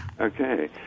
Okay